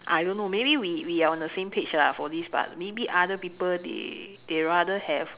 I don't know maybe we we are on the same page lah for this but maybe other people they they rather have